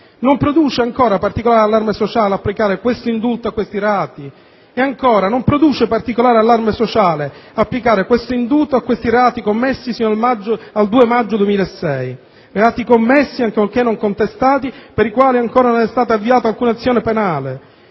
non produce particolare allarme sociale applicare questo indulto a questi reati? E ancora, non produce particolare allarme sociale applicare questo indulto a questi reati commessi sino al 2 maggio 2006, reati commessi, ancorché non contestati, per i quali ancora non è stata avviata alcuna azione penale?